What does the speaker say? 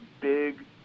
big